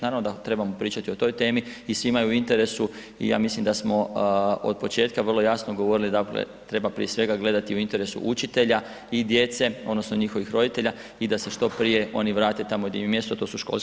Naravno da trebamo pričati o toj temi i svima je u interesu i ja mislim da smo od početka vrlo jasno govorili treba prije svega gledati u interesu učitelja i djece odnosno njihovih roditelja i da se što prije oni vrate tamo gdje im je mjesto, a to su školske klupe.